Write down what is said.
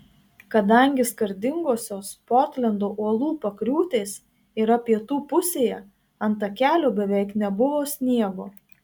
kadangi skardingosios portlendo uolų pakriūtės yra pietų pusėje ant takelio beveik nebuvo sniego